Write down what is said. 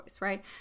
right